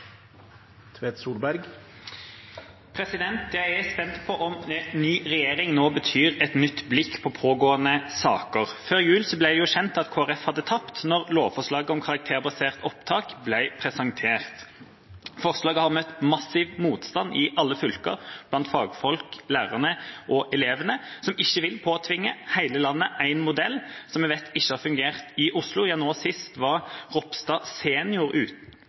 Jeg er spent på om ny regjering nå betyr et nytt blikk på pågående saker. Før jul ble det kjent at Kristelig Folkeparti hadde tapt da lovforslaget om karakterbasert opptak ble presentert. Forslaget har møtt massiv motstand i alle fylker, blant fagfolk, lærere og elever, som ikke vil påtvinge hele landet en modell som vi vet ikke har fungert i Oslo. Nå sist var Ropstad senior